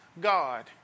God